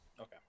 Okay